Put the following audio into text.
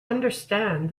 understand